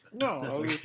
no